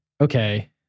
okay